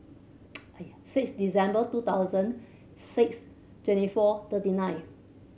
six December two thousand six twenty four thirty nine